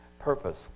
purpose